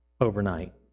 overnight